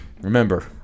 Remember